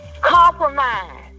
Compromise